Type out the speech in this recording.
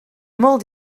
molt